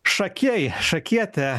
šakiai šakietė